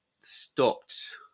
stopped